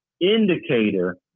indicator